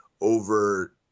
over